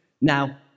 Now